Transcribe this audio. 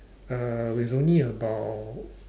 uh it's only about